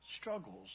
struggles